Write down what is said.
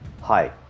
Hi